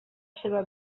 seva